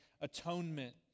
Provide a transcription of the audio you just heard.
atonement